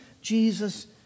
Jesus